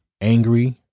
angry